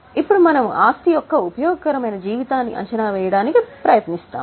ఇప్పుడు మనము ఆస్తి యొక్క ఉపయోగకరమైన జీవితాన్ని అంచనా వేయడానికి ప్రయత్నిస్తాము